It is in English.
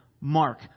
mark